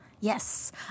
Yes